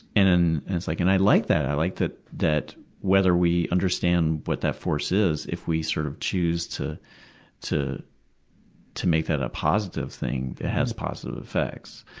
and and like and i like that. i like that that whether we understand what that force is, if we sort of choose to to make that a positive thing, it has positive effects.